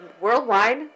Worldwide